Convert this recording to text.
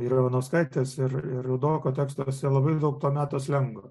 ir ivanauskaitės ir ir rudoko tekstuose labai daug to meto slengo